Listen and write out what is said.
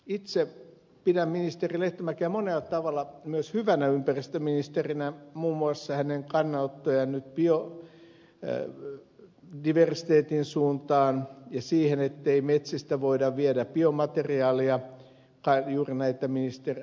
itse pidän ministeri lehtomäkeä monella tavalla myös hyvänä ympäristöministerinä muun muassa mitä tulee hänen kannanottoihinsa nyt biodiversiteetin suuntaan ja siihen ettei metsistä voida viedä biomateriaalia juuri näitä ed